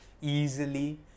easily